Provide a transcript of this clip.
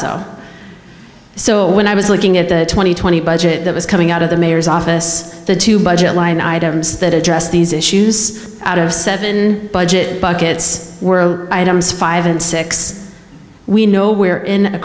d so when i was looking at the two thousand and twenty budget that was coming out of the mayor's office the two budget line items that addressed these issues out of seven budget budgets were items five and six we know we're in a